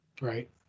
Right